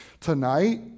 Tonight